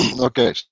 Okay